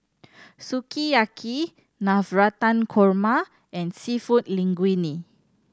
Sukiyaki Navratan Korma and Seafood Linguine